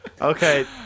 Okay